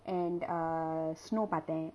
and err snow பாதேன்:paathaen